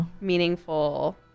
meaningful